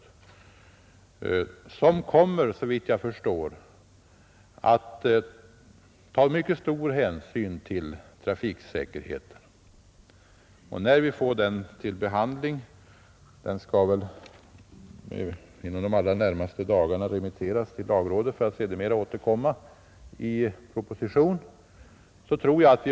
I den lagen kommer man såvitt jag förstår att ta mycket stor hänsyn till trafiksäkerheten. Lagförslaget skall inom de närmaste dagarna remitteras till lagrådet och återkommer sedan i form av en proposition.